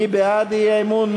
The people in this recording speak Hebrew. מי בעד האי-אמון?